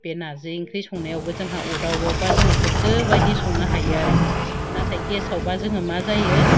बे नार्जि ओंख्रि संनायावबो जोंहा अरदाबावबा जोङो गोसो बायदि संनो हायो आरो नाथाय गेसावबा जोङो मा जायो